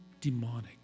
demonic